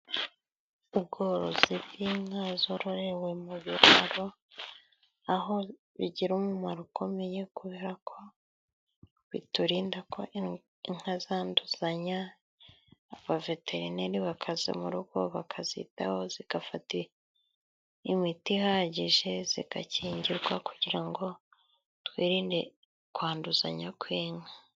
Ubworozi bw'inka zororeherewe mu biraro aho bigira umumaro ukomeye kubera ko biturinda ko inka zanduzanya abaveterineri bakaza mu rugo bakazitaho zigafata imiti ihagije zigakingirwa kugira ngo twirinde kwanduzanya kw'inka.